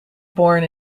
born